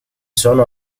sono